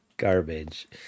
garbage